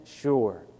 sure